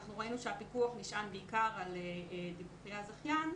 אנחנו ראינו שהפיקוח נשען בעיקר על דיווחי הזכיין.